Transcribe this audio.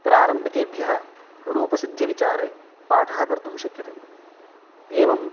प्रारम्भिकेभ्यः रूपसिद्धिविचारे पाठः कर्तुं शक्यते एवं